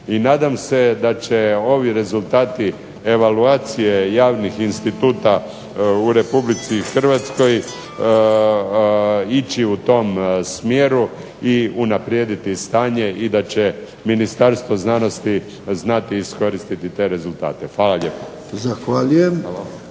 I nadam se da će ovi rezultati evaluacije javnih instituta u Republici Hrvatskoj ići u tom smjeru i unaprijediti stanje i da će Ministarstvo znanosti znati iskoristiti te rezultate. Hvala lijepa.